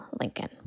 Lincoln